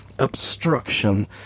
Obstruction